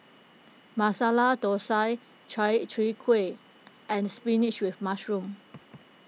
Masala Thosai Chai Kuih and Spinach with Mushroom